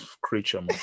creature